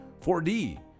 4d